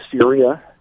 Syria